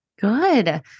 Good